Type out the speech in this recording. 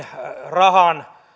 rahan